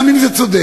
גם אם זה צודק.